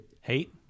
Hate